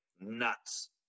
nuts